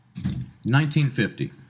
1950